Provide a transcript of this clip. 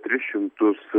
tris šimtus